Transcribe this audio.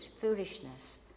foolishness